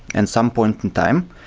and some point and time,